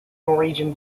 norwegian